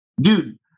dude